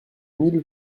mille